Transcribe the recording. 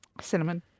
Cinnamon